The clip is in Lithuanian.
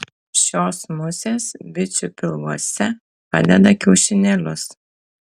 šios musės bičių pilvuose padeda kiaušinėlius